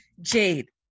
Jade